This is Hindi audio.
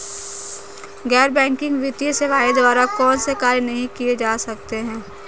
गैर बैंकिंग वित्तीय सेवाओं द्वारा कौनसे कार्य नहीं किए जा सकते हैं?